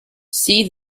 see